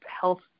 health